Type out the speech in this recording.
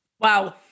Wow